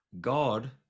God